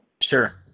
Sure